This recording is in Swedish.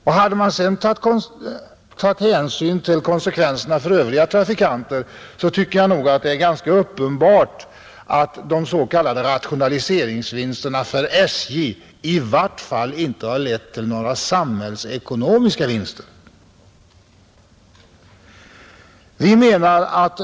Om hänsyn sedan också tas till konsekvenserna för övriga trafikanter, så tycker jag nog att det är uppenbart att de s.k. rationaliseringsvinsterna för SJ i vart fall inte har lett till några samhällsekonomiska vinster.